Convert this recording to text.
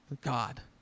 God